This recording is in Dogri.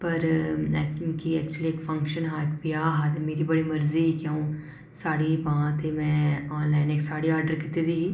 पर ऐकती मिकी ऐक्चुअली इक फंक्शन हा इक ब्याह् हा ते मिकी बड़ी मर्जी ही कि अ'ऊं साह्ड़ी पांऽ ते में आनलाइन इक साह्ड़ी आर्डर कीती दी ही